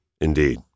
Indeed